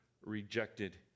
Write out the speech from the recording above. rejected